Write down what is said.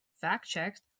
fact-checked